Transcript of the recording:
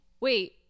wait